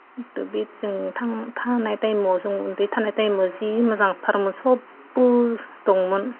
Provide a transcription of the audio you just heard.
बे जों थांनाय टाइमाव जों उन्दै थानाय टाइमाव जि मोजांथार सबबो दंमोन